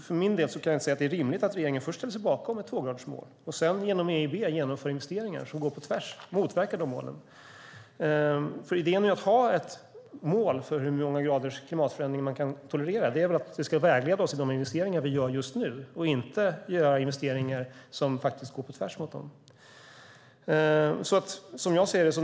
För min del kan jag inte säga att det är rimligt att regeringen först ställer sig bakom ett tvågradersmål och sedan genom EIB genomför investeringar som går på tvärs mot och motverkar de målen. Idén med att ha ett mål för hur många graders klimatförändring som kan tolereras är att de ska vägleda oss i de investeringar vi gör just nu, inte göra investeringar som går på tvärs mot dem.